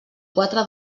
quatre